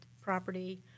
property